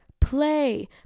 play